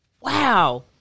Wow